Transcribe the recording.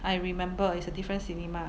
I remember it's a different cinema